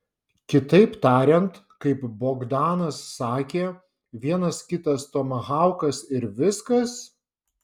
kitaip tariant kaip bogdanas sakė vienas kitas tomahaukas ir viskas